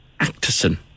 Acterson